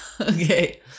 Okay